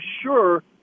sure